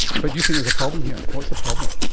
but you think there's a problem here. what's the problem?